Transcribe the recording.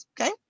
Okay